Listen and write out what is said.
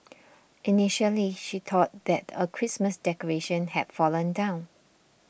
initially she thought that a Christmas decoration had fallen down